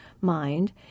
mind